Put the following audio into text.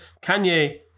Kanye